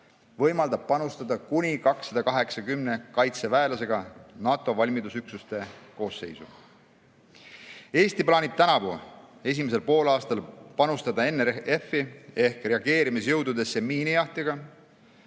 võimaldab panustada kuni 280 kaitseväelasega NATO valmidusüksuste koosseisu. Eesti plaanib tänavu esimesel poolaastal panustada NRF-i ehk reageerimisjõududesse miinijahtijaga